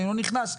ואני לא נכנס לזה.